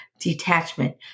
detachment